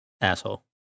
asshole